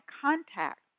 contacts